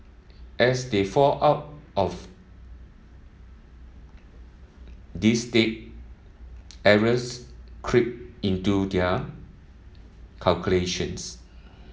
as they fall out of this state errors creep into their calculations